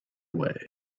away